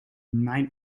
mijn